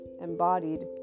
embodied